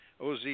OZ